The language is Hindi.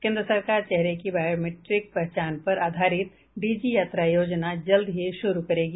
केन्द्र सरकार चेहरे की बायोमेट्रिक पहचान पर आधारित डिजि यात्रा योजना जल्द ही शुरू करेगी